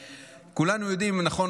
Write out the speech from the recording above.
כולנו יודעים, נכון?